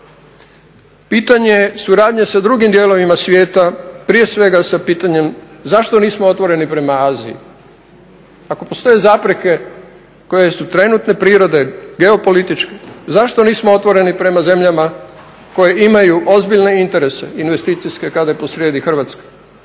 pitanje suradnje sa drugim dijelovima svijeta, prije svega sa pitanjem zašto nismo otvoreni prema Aziji. Ako postoje zapreke koje su trenutke prirode, geopolitičke, zašto nismo otvoreni prema zemljama koje imaju ozbiljne interese investicijske kada je posrijedi Hrvatska